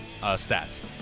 stats